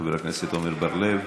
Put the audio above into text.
חבר הכנסת עמר בר-לב.